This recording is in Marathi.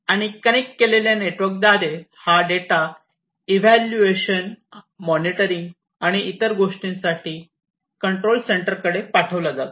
आणि कनेक्ट केलेल्या नेटवर्कद्वारे हा डेटा इव्हॅल्युएशन मॉनिटरिंग आणि इतर गोष्टींसाठी कंट्रोल सेंटर कडे पाठविला जातो